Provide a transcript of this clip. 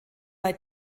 bei